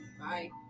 Bye